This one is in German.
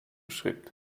schritt